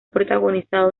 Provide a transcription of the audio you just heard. protagonizado